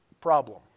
Problem